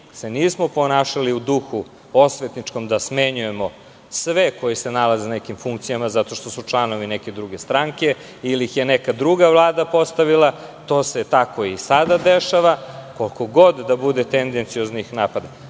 se nismo ponašali u duhu osvetničkom da smenjujemo sve koji se nalaze na nekim funkcijama zato što su članovi neke druge stranke ili ih je neka druga vlada postavila. To se tako i sada dešava. Ova rasprava sada ide malo nekim